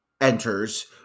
enters